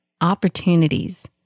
opportunities